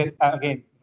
again